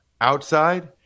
outside